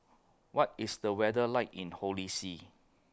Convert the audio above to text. What IS The weather like in Holy See